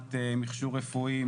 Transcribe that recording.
מבחינת מכשור רפואי,